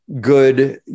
good